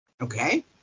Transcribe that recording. Okay